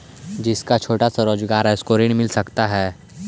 जिसका छोटा सा रोजगार है उसको ऋण मिल सकता है?